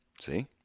See